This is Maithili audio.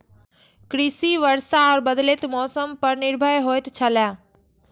कृषि वर्षा और बदलेत मौसम पर निर्भर होयत छला